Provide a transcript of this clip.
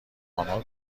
آنها